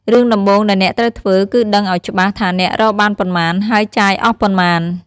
រឿងដំបូងដែលអ្នកត្រូវធ្វើគឺដឹងឱ្យច្បាស់ថាអ្នករកបានប៉ុន្មាន ហើយចាយអស់ប៉ុន្មាន។